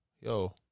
yo